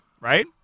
Right